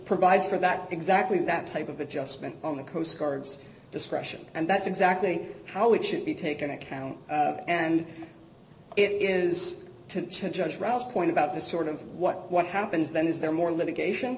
provides for that exactly that type of adjustment on the coast guard's discretion and that's exactly how it should be taken account and it is to judge ralph point about this sort of what what happens then is there more litigation